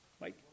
Mike